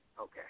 Okay